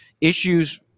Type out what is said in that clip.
issues